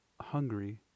hungry